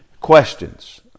questions